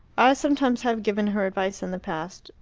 i sometimes have given her advice in the past.